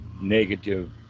negative